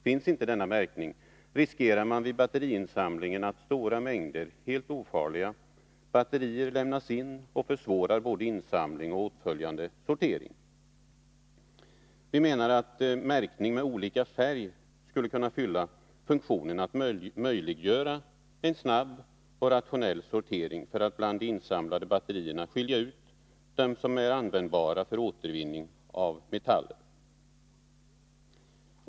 Finns inte denna märkning riskerar man att vid batteriinsamlingen stora mängder helt ofarliga batterier lämnas in och försvårar både insamling och åtföljande sortering. Vi menar att märkning med olika färg skulle kunna fylla funktionen att möjliggöra en snabb och rationell sortering för att bland de insamlade batterierna skilja ut dem som är användbara för återvinning av metaller.